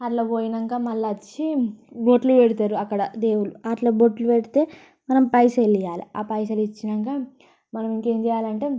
అట్లా పోయాక మళ్ళీ వచ్చి బొట్లు పెడతారు అక్కడ దేవుళ్ళు అట్లా బొట్లు పెడితే మనం పైసలు ఇవ్వాలి ఆ పైసలు ఇచ్చాక మనం ఇంకా ఏం చేయాలంటే